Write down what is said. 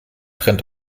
trennt